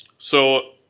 so,